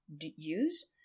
use